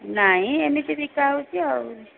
ନାଇଁ ଏମିତି ବିକା ହେଉଛି ଆଉ